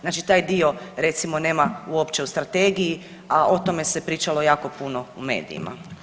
Znači taj dio, recimo, nema uopće u Strategiji, a o tome se pričalo jako puno u medijima.